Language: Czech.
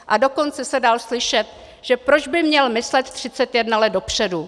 A dokonce se dal slyšet, proč by měl myslet 31 let dopředu.